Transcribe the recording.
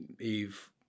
Eve